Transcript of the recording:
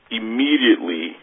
immediately